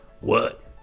What